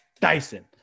Dyson